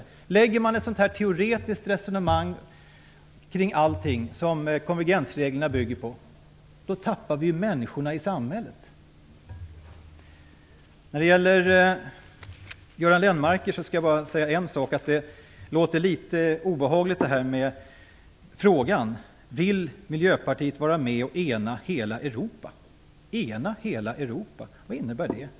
Om man lägger fram ett så teoretiskt resonemang som det konvergensreglerna bygger på, tappar man människorna i samhället. Jag skall bara säga en sak när det gäller det som Göran Lennmarker sade. Den fråga han ställer, om Miljöpartiet vill vara med och ena hela Europa, låter litet obehaglig. Ena hela Europa, vad innebär det?